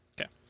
Okay